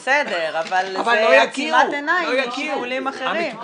בסדר, אבל זו עצימת עיניים משיקולים אחרים.